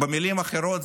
במילים אחרות,